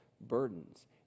burdens